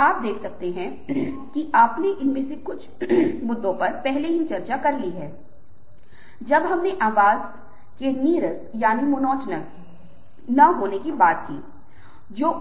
आप पाते हैं कि इसके साथ शुरू करने के लिए चार वाक्यों को अर्थ के भीतर दिया जाता है बोतल के संदर्भ में उपहार जब